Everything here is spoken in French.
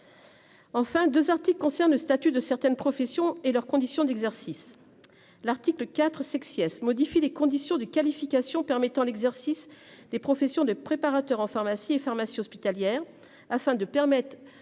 Enfin 2 articles concernent le statut de certaines professions et leurs conditions d'exercice. L'article IV sex IS modifie les conditions de qualification permettant l'exercice des professions de préparateur en pharmacie et pharmacies hospitalières afin de permettre